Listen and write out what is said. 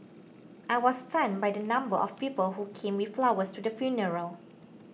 I was stunned by the number of people who came with flowers to the funeral